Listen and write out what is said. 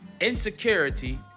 insecurity